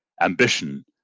ambition